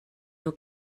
nhw